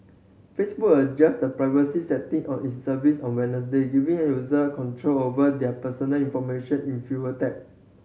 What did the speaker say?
Facebook adjusted the privacy setting on its service on Wednesday giving user control over their personal information in fewer tap